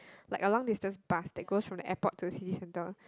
like a long distance bus that goes from the airport to the city centre